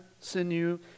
sinew